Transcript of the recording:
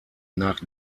nach